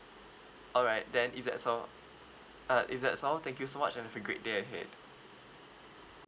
alright then if that's all uh if that's all thank you so much and have a great day ahead